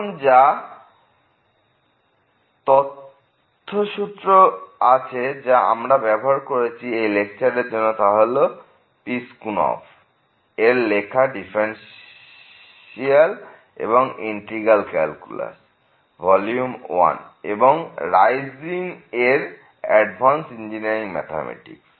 এখন যা তথ্যসূত্র আছে যা আমরা ব্যবহার করেছি এই লেকচারের জন্য তা হল পিসকুনভ এর লেখা ডিফারেন্সিয়াল ও ইন্টিগ্রাল ক্যালকুলাস ভলিউম 1 এবং রাইজিং এর অ্যাডভান্সড ইঞ্জিনিয়ারিং ম্যাথমেটিক্স